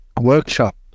workshop